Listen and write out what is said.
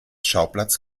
schauplatz